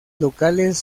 locales